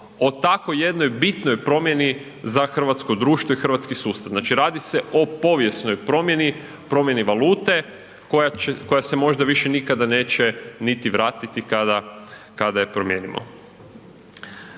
o takvoj jednoj bitnoj promjeni za Hrvatsko društvo i hrvatski sustav. Znači radi se o povijesnoj promjeni, promjeni valute koja se možda više nikada neće niti vratiti kada je promijenimo.